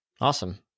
Awesome